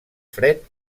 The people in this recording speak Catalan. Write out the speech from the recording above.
fred